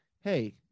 hey